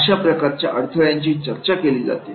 अशा प्रकारच्या अडथळ्यांची चर्चा केली जाते